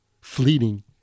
fleeting